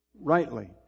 rightly